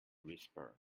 whisper